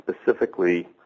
specifically